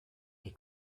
les